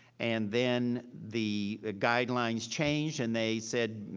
and then the ah guidelines changed and they said,